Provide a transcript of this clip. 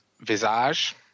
Visage